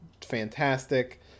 fantastic